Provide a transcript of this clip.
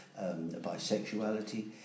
bisexuality